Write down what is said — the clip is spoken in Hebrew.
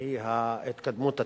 היא ההתקדמות הטכנולוגית,